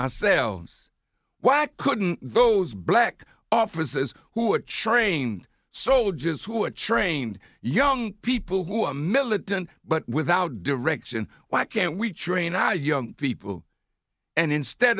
i selves why couldn't those black officers who are trained soldiers who are trained young people who are militant but without direction why can't we train our young people and instead